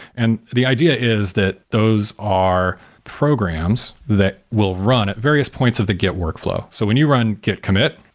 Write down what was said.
and the idea is that those are programs that will run at various points of the git workflow. so when you run git commit,